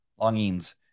longings